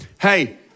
hey